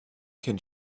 can